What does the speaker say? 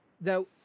now